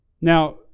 Now